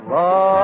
Love